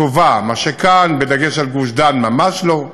טובה - מה שכאן, בדגש על גוש-דן, ממש לא.